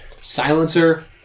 Silencer